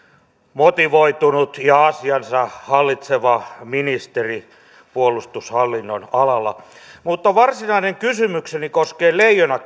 motivoitunut ja asiansa hallitseva ministeri puolustushallinnon alalla mutta varsinainen kysymykseni koskee leijona